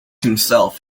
himself